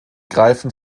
greifen